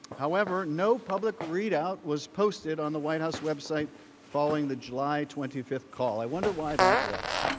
however no public readout was posted on the white house website following the july twenty five call, i wonder why that was.